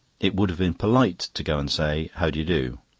it would have been polite to go and say, how d'you do?